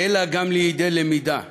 אלא גם לידי למידה.